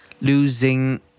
losing